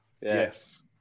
Yes